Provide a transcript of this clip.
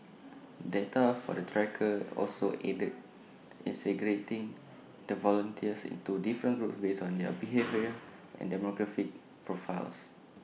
data from the trackers also aided in the volunteers into different groups based on their behaviour and demographic profiles